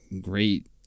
great